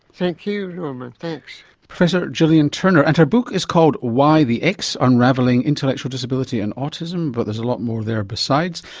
thank you norman. professor gillian turner and her book is called y the x unravelling intellectual disability and autism but there's a lot more there besides.